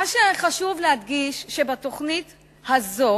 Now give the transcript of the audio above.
מה שחשוב להדגיש, שבתוכנית הזאת